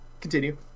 Continue